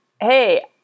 hey